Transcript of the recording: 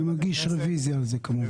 אני כמובן מגיש רוויזיה על זה.